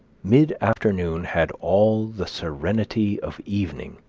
mid-afternoon had all the serenity of evening,